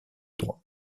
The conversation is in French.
droit